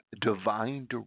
divine